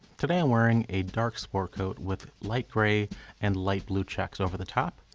today i'm wearing a dark sport coat with light gray and light blue checks over the top,